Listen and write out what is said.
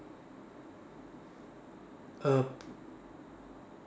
a